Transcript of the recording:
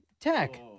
tech